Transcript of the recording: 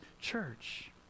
church